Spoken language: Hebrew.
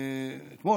אתמול,